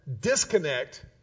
disconnect